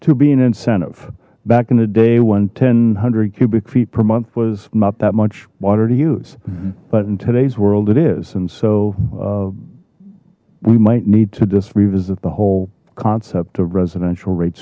to be an incentive back in the day when ten hundred cubic feet per month was not that much water to use but in today's world it is and so we might need to just revisit the whole concept of residential rate